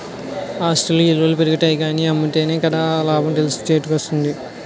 ఆస్తుల ఇలువలు పెరుగుతాయి కానీ అమ్మితేనే కదా ఆ లాభం చేతికోచ్చేది?